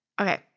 Okay